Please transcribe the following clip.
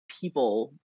people